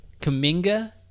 Kaminga